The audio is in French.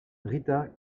rita